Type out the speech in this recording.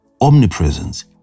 omnipresence